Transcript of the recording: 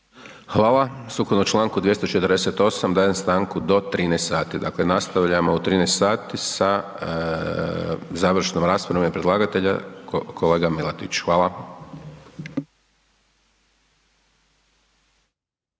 Hvala. Sukladno članku 248. dajem stanku do 13 sati, dakle nastavljamo u 13 sati sa završnom raspravom u ime predlagatelja, kolega Milatić, hvala.